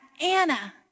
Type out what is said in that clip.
Anna